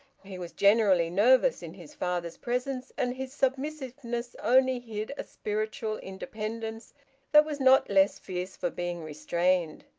he was generally nervous in his father's presence, and his submissiveness only hid a spiritual independence that was not less fierce for being restrained.